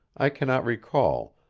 i cannot recall,